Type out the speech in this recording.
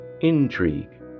intrigue